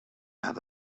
have